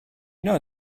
know